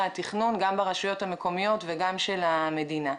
התכנון גם ברשויות המקומיות וגם של המדינה.